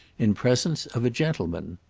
in presence of a gentleman.